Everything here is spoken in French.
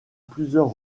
plusieurs